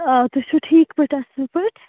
آ تُہۍ چھِو ٹھیٖک پٲٹھۍ اَصٕل پٲٹھۍ